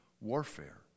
warfare